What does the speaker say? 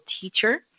teacher